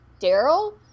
Daryl